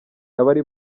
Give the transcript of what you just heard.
abari